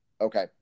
Okay